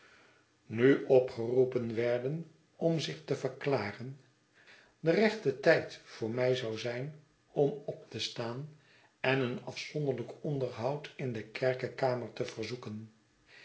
nu opgeroepen werden om zich te verklaren de rechte tijd voor mij zou zijn om op te staan en een afzonderlijk onderhoud in de kerkekamer te verzoeken